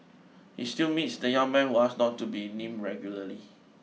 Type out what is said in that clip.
he still meets the young man who asked not to be named regularly